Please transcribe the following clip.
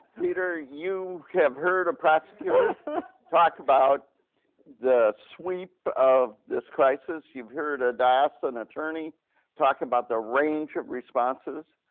peter, you have heard a prosecutor talk about the sweep of this crisis. you've heard a diocesan attorney talk about the range of responses.